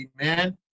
amen